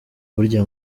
burya